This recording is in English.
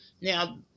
Now